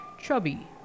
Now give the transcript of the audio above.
Chubby